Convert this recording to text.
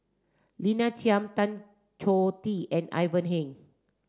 Lina Chiam Tan Choh Tee and Ivan Heng